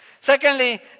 Secondly